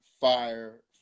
fire